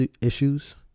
issues